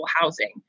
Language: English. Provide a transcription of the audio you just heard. housing